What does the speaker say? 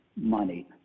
money